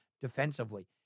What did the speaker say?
defensively